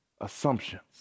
assumptions